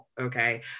Okay